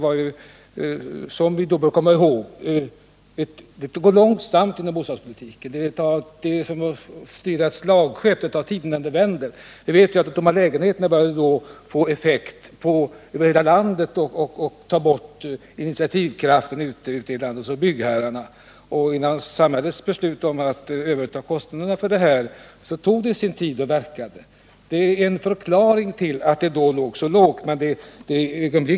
Vi måste komma ihåg att allting går långsamt när det gäller bostadspolitiken. Det är som att styra ett slagskepp — det tar tid innan det vänder. Vi vet att vi vid den här tiden började få effekterna av de tomma lägenheterna. Dessa dämpade initiativkraften hos byggherrarna ute i landet. Det tog sin tid innan samhällets beslut att ta över kostnaderna fick effekt. Detta är en förklaring till att bostadsbyggandet var så lågt 1975.